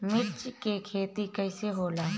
मिर्च के खेती कईसे होला?